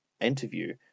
interview